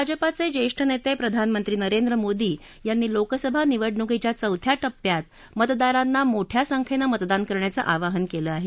भाजपाचे ज्येष्ठ नेते प्रधानमंत्री नरेंद्र मोदी यांनी लोकसभा निवडणुकीच्या चौथ्या टप्प्यात मतदारांना मोठ्या संख्येनं मतदान करण्याचं आवाहन केलं आहे